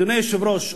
אדוני היושב-ראש,